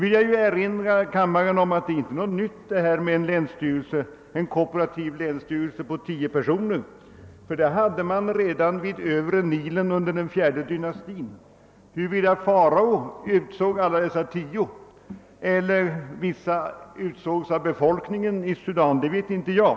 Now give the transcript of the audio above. Låt mig erinra kammarens ledamöter om att det inte är någonting nytt med en kooperativ länsstyrelse på tio personer, ty en sådan fanns redan vid övre Nilen under den fjärde dynastin. Huruvida Farao utsåg alla dessa tio personer eller om vissa valdes av Sudans befolkning vet inte jag.